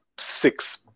Six